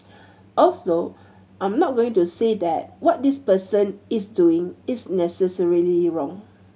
also I'm not going to say that what this person is doing is necessarily wrong